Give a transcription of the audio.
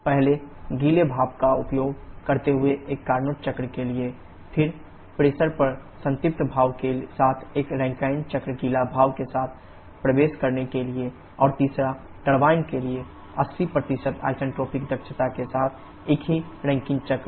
पहले गीले भाप का उपयोग करते हुए एक कार्नोट चक्र के लिए फिर प्रवेश पर संतृप्त भाप के साथ एक रैंकिन चक्र गीला भाप के साथ प्रवेश करने के लिए और तीसरा टरबाइन के लिए 80 आइसेंट्रोपिक दक्षता के साथ एक ही रैंकिन चक्र